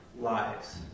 lives